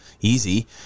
easy